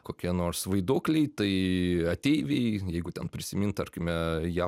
kokie nors vaiduokliai tai ateiviai jeigu ten prisimint tarkime jav